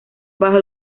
bajo